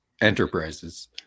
Enterprises